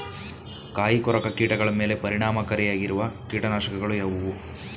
ಕಾಯಿಕೊರಕ ಕೀಟಗಳ ಮೇಲೆ ಪರಿಣಾಮಕಾರಿಯಾಗಿರುವ ಕೀಟನಾಶಗಳು ಯಾವುವು?